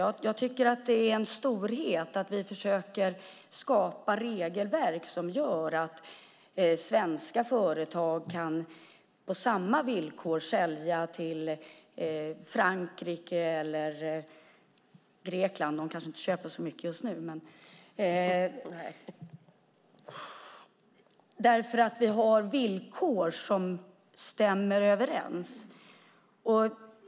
Jag tycker att det är stort att vi försöker skapa regelverk som gör att svenska företag kan sälja på samma villkor som andra till Frankrike med flera länder - Grekland kanske inte köper så mycket just nu - därför att vi har villkor som stämmer överens.